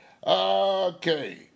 Okay